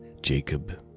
Jacob